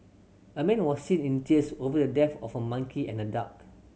a man was seen in tears over the death of a monkey and a duck